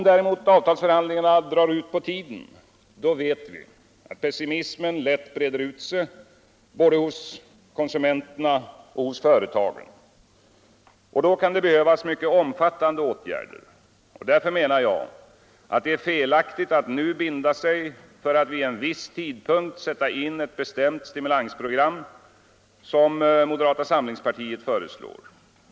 Drar avtalsförhandlingarna däremot ut på tiden vet vi att pessimismen lätt breder ut sig både hos konsumenterna och hos företagen. Då kan det behövas mycket omfattande åtgärder. Därför menar jag att det är felaktigt att nu binda sig för att vid en viss tidpunkt sätta in ett bestämt stimulansprogram, såsom moderata samlingspartiet föreslår.